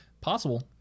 Possible